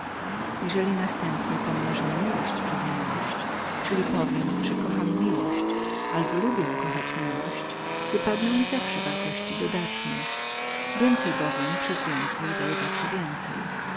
jeżeli następnie pomnożę miłość przez miłość czyli powiem że kocham miłość albo lubię kochać miłość wypadną mi zawsze wartości dodalne więcej bowiem przez więcej daje zawsze więcej